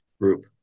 group